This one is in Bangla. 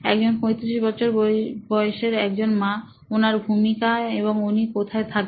একজন 35 বছর বয়সের একজন মা ওনার ভূমিকা এবং উনি কোথায় থাকেন